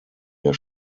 der